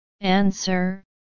Answer